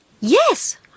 Yes